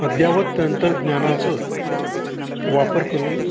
अद्ययावत तंत्रज्ञानाचं वापर करून